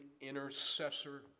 intercessor